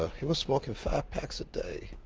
ah he was smoking five packs a day.